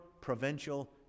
provincial